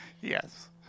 Yes